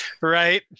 Right